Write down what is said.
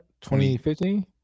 2015